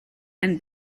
and